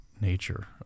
nature